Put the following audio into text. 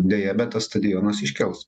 deja bet tas stadionas iškils